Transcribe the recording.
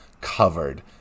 covered